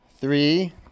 Three